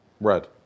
Red